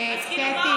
אז כאילו,